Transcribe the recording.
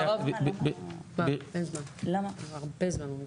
למה --- הרבה זמן לא מציג.